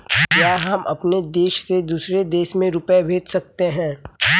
क्या हम अपने देश से दूसरे देश में रुपये भेज सकते हैं?